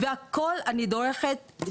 בהכול אני דורכת.